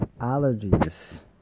allergies